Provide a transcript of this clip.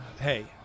hey